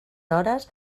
hores